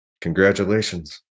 congratulations